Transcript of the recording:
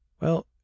Well